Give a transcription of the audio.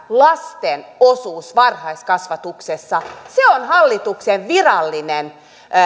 lasten osuutta varhaiskasvatuksessa se on hallituksen virallinen